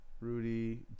Rudy